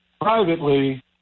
privately